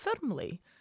firmly